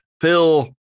Phil